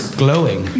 glowing